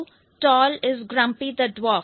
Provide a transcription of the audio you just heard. how tall is Grumpy the dwarf